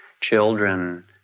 children